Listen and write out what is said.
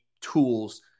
tools